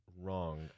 wrong